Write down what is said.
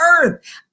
earth